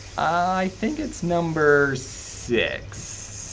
i think it's number six.